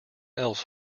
else